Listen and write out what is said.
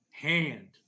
Hand